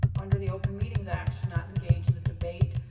under the open meetings act, should not engage in a debate,